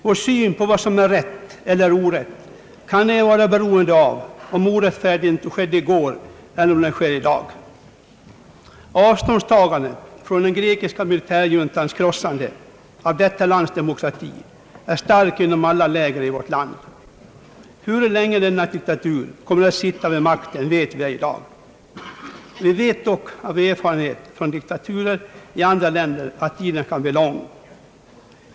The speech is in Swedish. Vår syn på vad som är rätt eller orätt kan ej vara beroende av om orättfärdigheten skedde i går eller om den sker i dag. Avståndstagandet från den grekiska militärjuntans krossande av detta lands demokrati är starkt inom alla lager i vårt land. Hur länge denna diktatur kommer att sitta vid makten vet vi ej i dag; dock vet vi av erfarenhet från diktaturer i andra länder att den tiden kan bli lång.